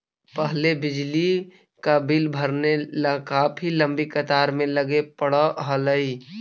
पहले बिजली का बिल भरने ला काफी लंबी कतार में लगे पड़अ हलई